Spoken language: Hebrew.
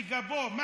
בגבו.